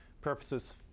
purposes